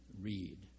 read